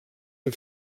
amb